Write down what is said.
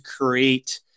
create